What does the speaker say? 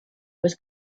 was